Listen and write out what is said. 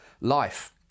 life